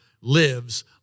lives